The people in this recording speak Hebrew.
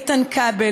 איתן כבל,